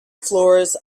floors